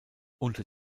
unter